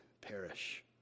perish